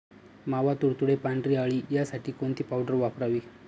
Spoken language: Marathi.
मावा, तुडतुडे, पांढरी अळी यासाठी कोणती पावडर वापरावी?